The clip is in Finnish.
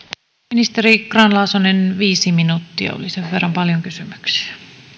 ministeri grahn laasonen viisi minuuttia oli sen verran paljon kysymyksiä